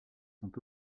sont